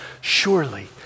Surely